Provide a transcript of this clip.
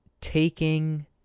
taking